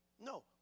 No